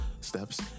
steps